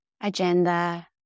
agenda